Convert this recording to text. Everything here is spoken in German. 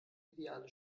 ideale